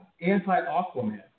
anti-Aquaman